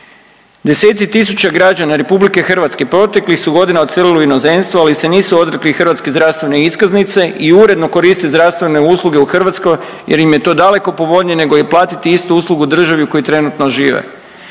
Deseci tisuća građana RH proteklih su godina odselili u inozemstvo ali se nisu odrekli hrvatske zdravstvene iskaznice i uredno koriste zdravstvene usluge u Hrvatskoj jer im je to daleko povoljnije nego platiti istu uslugu državi u kojoj trenutno žive.